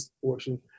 portion